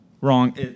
wrong